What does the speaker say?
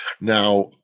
Now